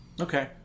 Okay